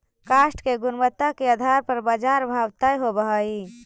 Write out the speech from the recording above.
काष्ठ के गुणवत्ता के आधार पर बाजार भाव तय होवऽ हई